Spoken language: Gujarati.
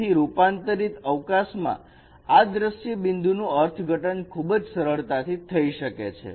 તેથી રૂપાંતરિત અવકાશમાં આ દ્રશ્ય બિંદુનું અર્થ ઘટન ખૂબ સરળતાથી થઈ શકે છે